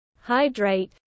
hydrate